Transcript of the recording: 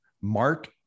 Mark